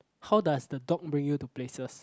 how does the dog bring you to places